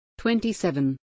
27